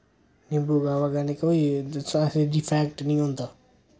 निम्बू कावा कन्नै कोई असें डिफैक्ट नि होंदा